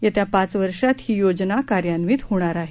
येत्या पाच वर्षांत ही योजना कार्यान्वित होणार आहे